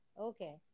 okay